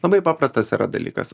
labai paprastas yra dalykas